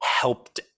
helped